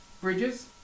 bridges